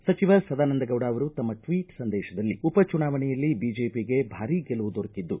ಕೆಂದ್ರ ಸಚಿವ ಸದಾನಂದಗೌಡ ಅವರು ತಮ್ಮ ಟ್ವೀಟ್ ಸಂದೇಶದಲ್ಲಿ ಉಪಚುನಾವಣೆಯಲ್ಲಿ ಬಿಜೆಪಿಗೆ ಭಾರಿ ಗೆಲವು ದೊರಕಿದ್ದು